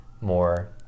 more